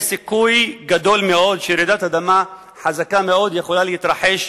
יש סיכוי גדול מאוד שרעידת אדמה חזקה מאוד יכולה להתרחש